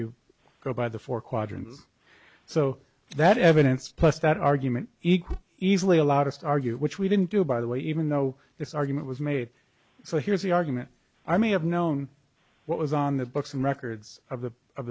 quadrants so that evidence plus that argument equal easily allowed us to argue which we didn't do by the way even though this argument was made so here's the argument i may have known what was on the books and records of the of